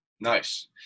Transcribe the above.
Nice